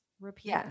repeat